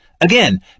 Again